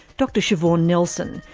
dr sioban nelson,